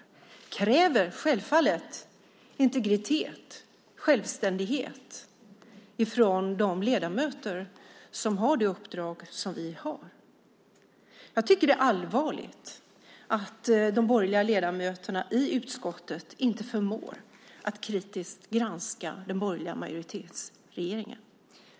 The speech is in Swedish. Det kräver självfallet integritet, självständighet, från de ledamöter som har det uppdrag som vi har. Jag tycker att det är allvarligt att de borgerliga ledamöterna i utskottet inte förmår att kritiskt granska den borgerliga majoritetsregeringen.